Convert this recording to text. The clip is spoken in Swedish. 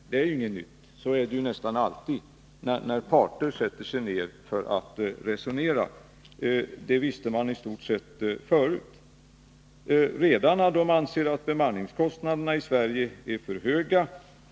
Det är inget nytt — så är det nästan alltid när parter skall resonera, så det visste vi i stort sett förut. Redarna anser att bemanningskostnaderna i Sverige är för höga.